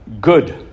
good